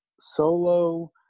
solo